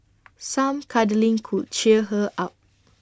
some cuddling could cheer her up